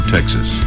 Texas